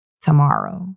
tomorrow